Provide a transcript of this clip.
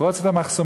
נפרוץ את המחסומים,